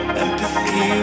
empathy